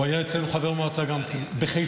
הוא היה אצלנו חבר מועצה בחיפה.